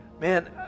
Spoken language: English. man